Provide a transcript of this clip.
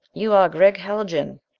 you are gregg haljan?